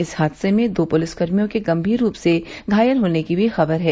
इस हादसे में दो पुलिस कर्मियों के गम्मीर रूप से घायल होने की भी खबर है